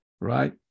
right